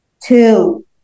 Two